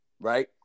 right